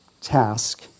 task